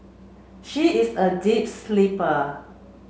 she is a deep sleeper